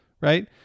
right